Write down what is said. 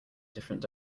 different